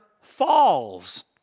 falls